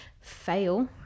Fail